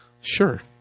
Sure